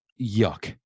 Yuck